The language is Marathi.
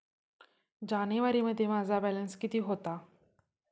जानेवारीमध्ये माझा बॅलन्स किती होता?